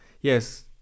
Yes